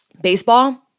baseball